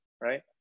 right